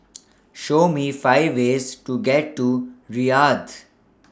Show Me five ways to get to Riyadh